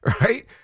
right